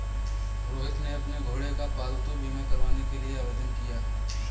रोहित ने अपने घोड़े का पालतू बीमा करवाने के लिए आवेदन किया